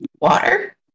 Water